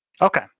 Okay